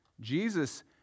Jesus